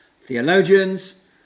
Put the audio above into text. theologians